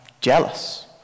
jealous